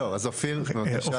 טוב, אז אופיר, בבקשה.